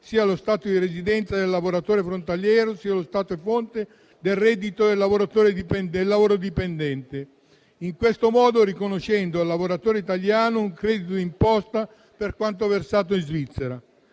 sia allo Stato di residenza del lavoratore frontaliero, sia allo Stato fonte del reddito del lavoratore dipendente, in questo modo riconoscendo al lavoratore italiano un credito d'imposta per quanto versato in Svizzera.